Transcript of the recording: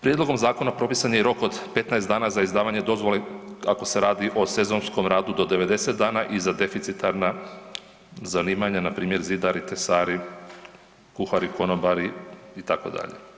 Prijedlogom zakona propisan je i rok od 15 dana za izdavanje dozvole ako se radi o sezonskom radu do 90 dana i za deficitarna zanimanja npr. zidari, tesari, kuhari, konobari itd.